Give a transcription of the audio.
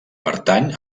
pertany